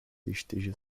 esteja